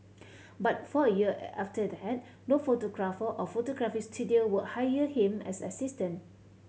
but for a year after that no photographer or photography studio would hire him as an assistant